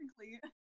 technically